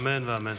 אמן ואמן.